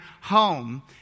home